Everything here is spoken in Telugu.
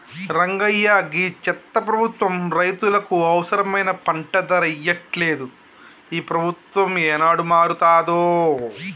రంగయ్య గీ చెత్త ప్రభుత్వం రైతులకు అవసరమైన పంట ధరలు ఇయ్యట్లలేదు, ఈ ప్రభుత్వం ఏనాడు మారతాదో